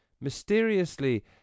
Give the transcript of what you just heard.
Mysteriously